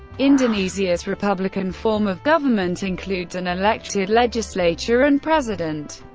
indonesia's republican form of government includes an elected legislature and president.